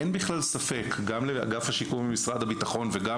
אין בכלל ספק גם לאגף השיקום במשרד הביטחון וגם